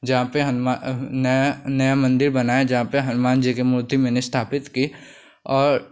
जहाँ पर हनुमा नया नया मन्दिर बनाया जहाँ पर हनुमान जी की मूर्ति मैंने स्थापित की और